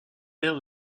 père